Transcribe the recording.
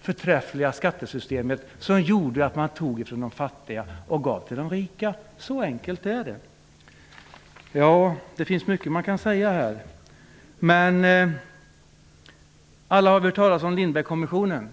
förträffliga skattesystemet som gjorde att man tog från de fattiga och gav till de rika. Det finns mycket man kan säga här. Alla har hört talas om Lindbeck-kommissionen.